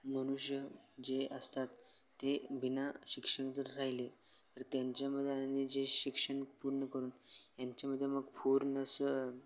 मनुष्य जे असतात ते बिना शिक्षण जर राहिले तर त्यांच्यामध्ये आणि जे शिक्षण पूर्ण करून यांच्यामध्ये मग पूर्ण असं